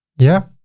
yeah.